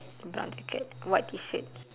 brown jacket white T shirt